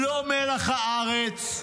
לא מלח הארץ,